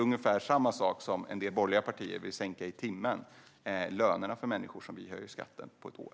Vissa borgerliga partier vill sänka människors löner per timme med ungefär lika mycket som vi höjer skatten med på ett år.